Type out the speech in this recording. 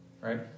Right